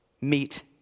meet